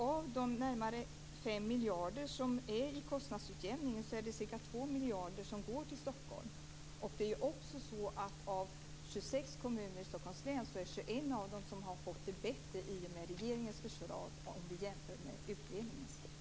Av de närmare 5 miljarderna i kostnadsutjämningen går ca 2 miljarder till Stockholm. Av 26 kommuner i Stockholms län får 21 det bättre i och med regeringens förslag, om vi jämför med utredningens.